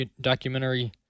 documentary